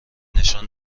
نشان